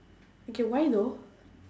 okay why though